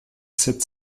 sept